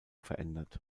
verändert